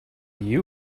you